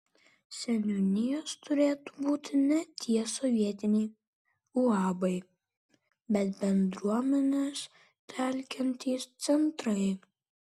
seniūnijos turėtų būti ne tie sovietiniai uabai bet bendruomenes telkiantys centrai